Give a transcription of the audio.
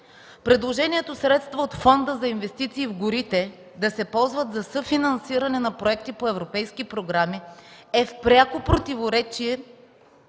Предложението средства от Фонда за инвестиции в горите да се ползват за съфинансиране на проекти по европейски програми е в пряко противоречие